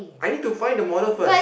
I need to find the model first